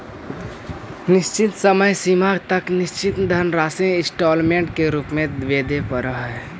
निश्चित समय सीमा तक निश्चित धनराशि इंस्टॉलमेंट के रूप में वेदे परऽ हई